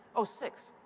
oh, six.